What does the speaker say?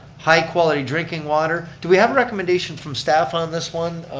high-quality drinking water. do we have recommendation from staff on this one?